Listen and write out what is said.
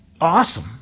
awesome